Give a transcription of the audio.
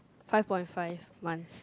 five point five months